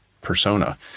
persona